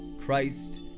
Christ